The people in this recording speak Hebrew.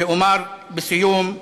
ואומר בסיום,